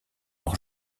leur